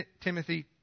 Timothy